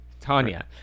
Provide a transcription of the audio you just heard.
Tanya